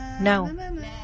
no